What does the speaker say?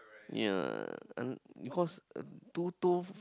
ya I because two toe